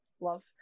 love